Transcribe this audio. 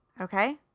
Okay